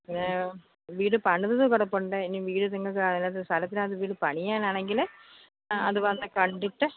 പിന്നെ വീട് പണിതത് കിടപ്പുണ്ട് ഇനി വീട് നിങ്ങൾക്ക് അതിനകത്ത് സ്ഥലത്തിനകത്ത് വീട് പണിയാനാണെങ്കിൽ അത് വന്ന് കണ്ടിട്ട്